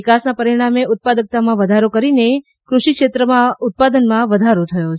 નિકાસના પરિણામે ઉત્પાદકતામાં વધારો કરીને ફષિ ક્ષેત્રમાં ઉત્પાદનમાં વધારો થયો છે